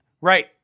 Right